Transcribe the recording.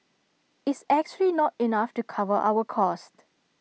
is actually not enough to cover our cost